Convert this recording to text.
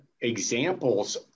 examples